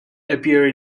appear